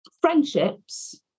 friendships